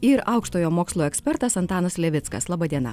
ir aukštojo mokslo ekspertas antanas levickas laba diena